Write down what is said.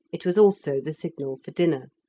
it was also the signal for dinner.